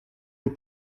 aux